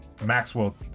maxwell